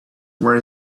were